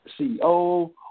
CEO